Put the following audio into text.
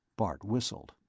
bart whistled.